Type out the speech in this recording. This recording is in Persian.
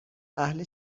اهل